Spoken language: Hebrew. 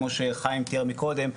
כמו שחיים תיאר קודם,